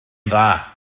dda